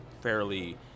fairly